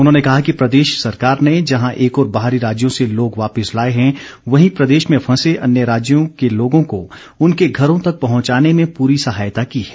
उन्होंने कहा कि प्रदेश सरकार ने जहां एक ओर बाहरी राज्यों से लोग वापिस लाए हैं वहीं प्रदेश में फंसे अन्य राज्यों के लोगों को उनके घरों तक पहुंचाने में पूरी सहायता की है